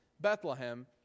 Bethlehem